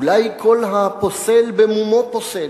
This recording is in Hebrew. אולי כל הפוסל במומו פוסל.